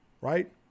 right